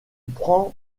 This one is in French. prend